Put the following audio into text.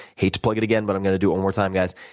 hate to plug it again, but i'm gonna do it one more time, guys.